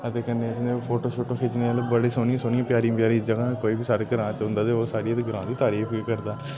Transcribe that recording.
ते कन्नै फोटो शोटो खिच्चने बड़ी सोह्नियां सोह्नियां प्यारियां प्यारियां जगहां न कोई बी साढ़े ग्रांऽ च औंदा ते ओह् साढ़े ग्रांऽ दी तारीफ बी करदा